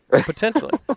Potentially